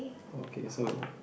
okay so